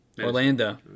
Orlando